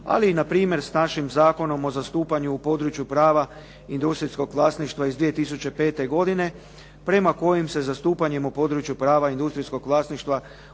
ali i npr. sa našim zakonom o zastupanju u području prava industrijskog vlasništva iz 2005. godine, prema kojim se zastupanjem u području prava industrijskog vlasništva